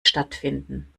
stattfinden